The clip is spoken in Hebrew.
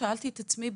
שאלתי את עצמי,